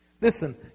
Listen